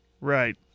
Right